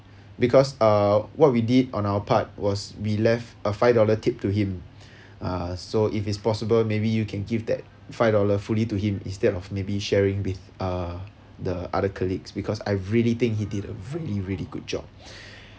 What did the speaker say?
because uh what we did on our part was we left a five dollar tip to him uh so if it's possible maybe you can give that five dollar fully to him instead of maybe sharing with uh the other colleagues because I really think he did a really really good job